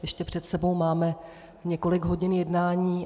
Ještě před sebou máme několik hodin jednání.